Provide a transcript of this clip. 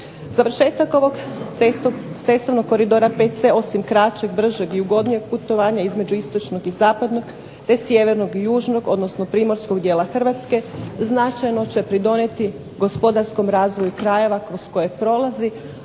Završetak ovog cestovnog koridora VC osim kraćeg, bržeg i ugodnijeg putovanja između istočnog i zapadnog, te sjevernog i južnog, odnosno primorskog dijela Hrvatske značajno će pridonijeti gospodarskom razvoju krajeva kroz koje prolazi,